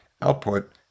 output